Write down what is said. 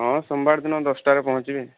ହଁ ସୋମବାରଦିନ ଦଶଟାରେ ପହଞ୍ଚିବି